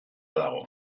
dago